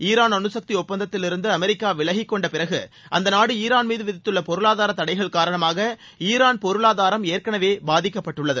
Iran அனுசக்தி அப்பநத்த்திலிருந்து America விலகிக்கொண்ட பிறகு அந்த நாடு ஈரான் மீது விதித்துள்ள பொருளாதார தடைகள் காரணமாக ஈரான் பொருளாதாரம் ஏற்கெனவே பாதிக்கப்பட்டுள்ளது